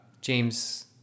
James